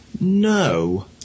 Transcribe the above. No